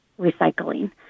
recycling